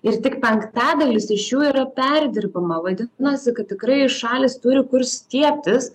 ir tik penktadalis iš jų yra perdirbama vadinasi kad tikrai šalys turi kur stiebtis